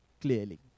clearly